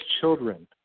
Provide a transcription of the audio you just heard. children